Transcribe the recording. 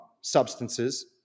substances